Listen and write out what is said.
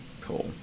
Cool